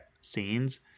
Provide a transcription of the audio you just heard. scenes